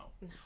No